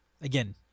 again